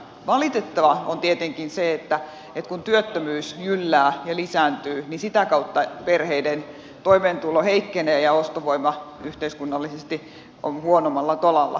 valitettavaa on tietenkin se että kun työttömyys jyllää ja lisääntyy niin sitä kautta perheiden toimeentulo heikkenee ja ostovoima yhteiskunnallisesti on huonommalla tolalla